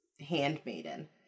handmaiden